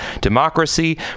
democracy